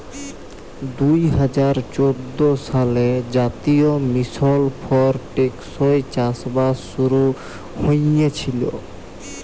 দু হাজার চোদ্দ সালে জাতীয় মিশল ফর টেকসই চাষবাস শুরু হঁইয়েছিল